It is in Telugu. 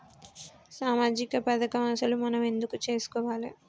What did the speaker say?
సామాజిక పథకం అసలు మనం ఎందుకు చేస్కోవాలే?